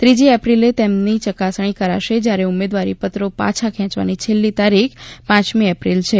ત્રીજી એપ્રિલે તેમની યકાસણી કરાશે જયારે ઉમેદવારીપત્રો પાછા ખેંચવાની છેલ્લી તારીખ પાંચમી એપ્રિલ છે